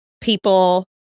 people